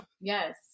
Yes